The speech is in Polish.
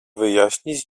wyjaśnić